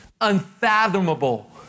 unfathomable